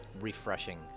refreshing